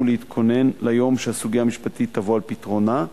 ולהתכונן ליום שהסוגיה המשפטית תבוא על פתרונה.